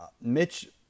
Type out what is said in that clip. Mitch